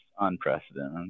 unprecedented